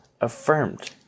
affirmed